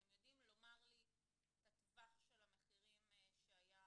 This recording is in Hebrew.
אתם יודעים לומר לי את הטווח של המחירים שהיה